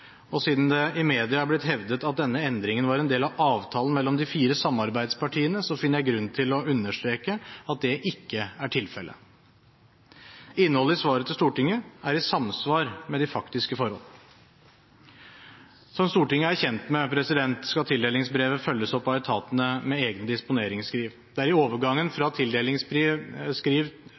og siden det i media er blitt hevdet at denne endringen var en del av avtalen mellom de fire samarbeidspartiene, finner jeg grunn til å understreke at det ikke er tilfellet. Innholdet i svaret til Stortinget er i samsvar med de faktiske forhold. Som Stortinget er kjent med, skal tildelingsbrevet følges opp av etatene med egne disponeringsskriv. Det er i overgangen fra